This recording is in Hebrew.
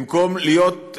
במקום להיות,